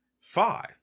Five